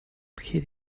hid